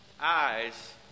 Eyes